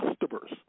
customers